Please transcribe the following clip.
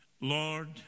Lord